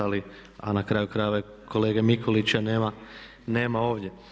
Ali, a na kraju krajeva kolege Mikulića nema ovdje.